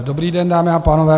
Dobrý den, dámy a pánové.